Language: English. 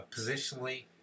positionally